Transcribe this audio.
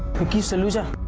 vicky saluja